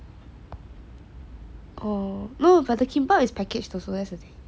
oh no but the kimbap is packaged also that's the thing